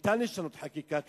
ניתן לשנות חקיקה.